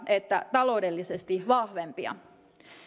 että taloudellisesti vahvempia